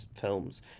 films